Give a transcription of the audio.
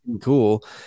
cool